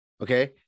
Okay